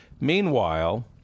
meanwhile